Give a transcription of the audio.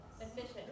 Efficient